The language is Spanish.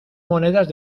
monedas